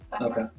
Okay